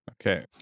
Okay